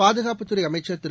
பாதுகாப்புத் துறைஅமைச்சர் திரு